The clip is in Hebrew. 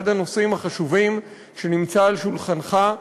אחד הנושאים החשובים שנמצא על שולחנך,